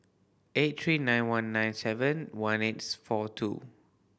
eight three nine one nine seven one eights four two